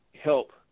help